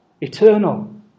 Eternal